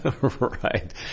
Right